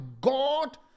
God